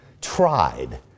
tried